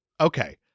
Okay